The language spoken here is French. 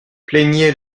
plaignez